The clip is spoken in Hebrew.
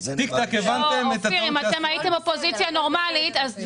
תיק תק הבנתם את הטעות שעשיתם.